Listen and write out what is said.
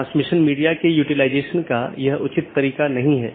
network layer reachability की जानकारी की एक अवधारणा है